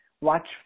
Watch